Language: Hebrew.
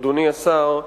אדוני השר,